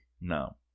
No